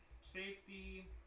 safety